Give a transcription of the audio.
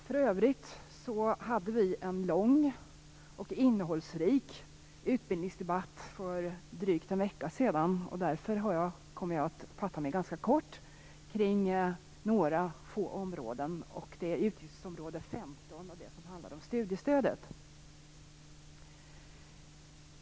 För övrigt hade vi en lång och innehållsrik utbildningsdebatt för drygt en vecka sedan, och därför kommer jag att fatta mig ganska kort. Jag skall ta upp några få områden. Det gäller främst utgiftsområde 15 och studiestödet.